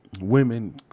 women